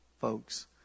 folks